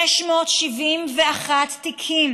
671 תיקים,